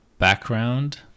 background